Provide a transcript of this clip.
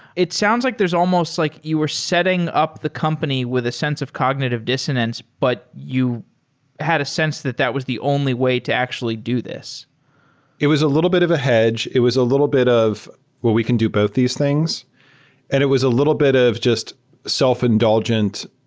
it sounds like there's almost like you were setting up the company with a sense of cognitive dissonance, but you had a sense that that was the only way to actually do this it was a little bit of a hedge. it was a little bit of well, we can do both these things and it was a little bit of just self-indulgent,